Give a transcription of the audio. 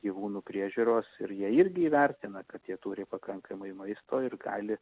gyvūnų priežiūros ir jie irgi įvertina kad jie turi pakankamai maisto ir gali